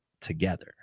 together